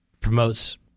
promotes